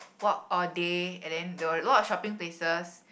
walk all day and then there were a lot of shopping places